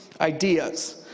ideas